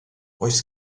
oes